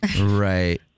Right